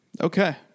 Okay